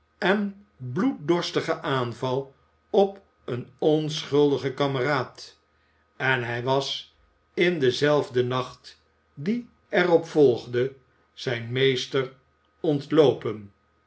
en bloeddorstigen aanval op een onschuldigen kameraad en hij was in denzelfden nacht die er op volgde zijn meester ontloopen